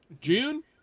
June